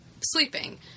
sleeping